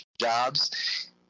jobs